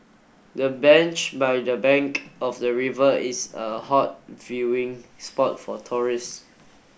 the bench by the bank of the river is a hot viewing spot for tourist